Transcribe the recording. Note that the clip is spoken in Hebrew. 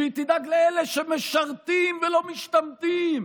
שהיא תדאג לאלה שמשרתים ולא משתמטים,